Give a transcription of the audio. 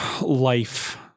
life